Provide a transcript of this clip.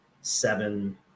seven